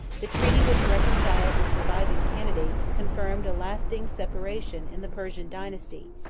the treaty which reconciled the surviving candidates confirmed a lasting separation in the persian dynasty,